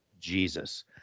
Jesus